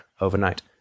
overnight